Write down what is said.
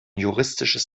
juristisches